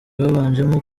babanjemo